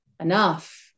enough